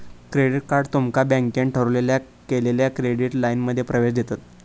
credit card तुमका बँकेन ठरवलेल्या केलेल्या क्रेडिट लाइनमध्ये प्रवेश देतत